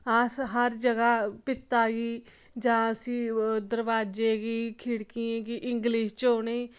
अस हर जगह् भित्ता गी जां उसी दरवाजे गी खिड़कियें गी इंग्लिश च उ'नें गी